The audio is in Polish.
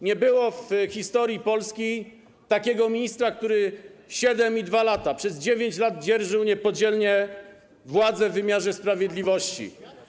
Nie było w historii Polski takiego ministra, który 7 i 2 lata, przez 9 lat dzierżył niepodzielnie władzę w wymiarze sprawiedliwości.